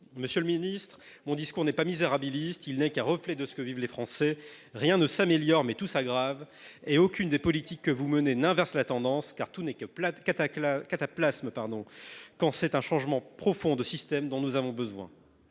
on fait des sacrifices. Mon discours n’est pas misérabiliste, il n’est que le reflet de ce que vivent les Français. Rien ne s’améliore, tout s’aggrave et aucune des politiques que mène ce gouvernement n’inverse la tendance, car tout n’est que cataplasme quand c’est d’un changement profond de système que nous avons besoin.